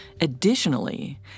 Additionally